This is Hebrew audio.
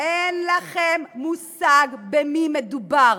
אין לכם מושג במי מדובר,